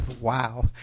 Wow